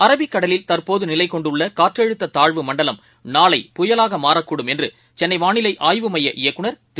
அரபிக்கடலில் தற்போதுநிலைகொண்டுள்ளகாற்றழுத்ததாழ்வு மண்டலம் நாளை புயலாகமாறக்கூடும் என்றுசென்னைவானிலைஆய்வு மைய இயய்குநர் திரு